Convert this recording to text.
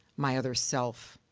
my other self,